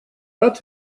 рад